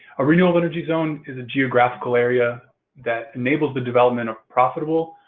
a renewable energy zone is a geographical area that enables the development of profitable,